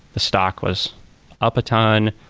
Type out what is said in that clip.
stock was up a ton,